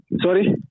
Sorry